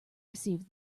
received